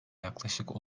yaklaşık